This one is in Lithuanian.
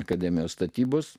akademijos statybos